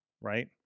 Right